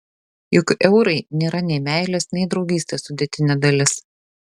juk eurai nėra nei meilės nei draugystės sudėtinė dalis